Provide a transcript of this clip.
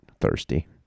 Thirsty